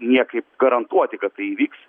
niekaip garantuoti kad tai įvyks